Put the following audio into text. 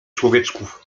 człowieczków